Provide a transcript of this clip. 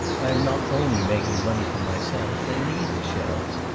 i am not only making money for myself they need the shells.